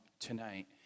tonight